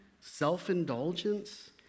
self-indulgence